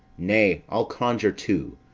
nay, i'll conjure too.